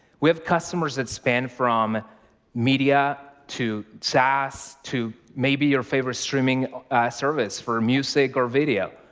we have customers that span from media, to saas, to maybe your favorite streaming service for music or video.